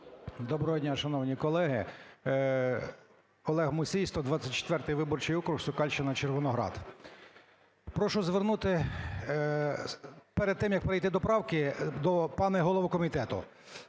Доброго дня, шановні колеги! Олег Мусій, 124 виборчий округ, Сокальщина, Червоноград. Прошу звернутись, перед тим, як перейти до правки, до пана голови комітету.